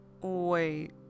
Wait